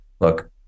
Look